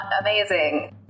amazing